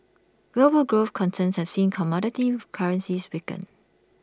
global growth concerns have seen commodity currencies weaken